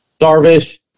Darvish